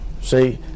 See